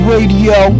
Radio